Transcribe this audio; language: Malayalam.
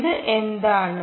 ഇത് എന്താണ്